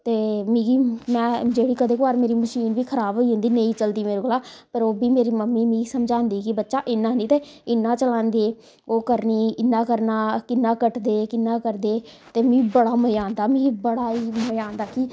ते मिगी नां जदूं कदें कदार मेरी मशीन बी खराब होई जंदी नेई चलदी मेरे कोला पर ओहबी मेरी मम्मी मिगी समझांदी की बच्चा इंयां नी ते इयां चलांदे ओह् करनी इयां करना कियां कट्टदे कियां करदे ते मिगी बड़ा मजा आंदा मिगी बड़ा ही मजा आंदा की